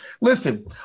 Listen